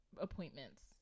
appointments